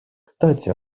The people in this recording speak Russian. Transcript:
кстати